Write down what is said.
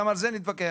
גם על זה נתווכח.